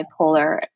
bipolar